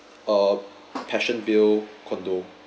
uh passion bill condo